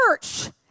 church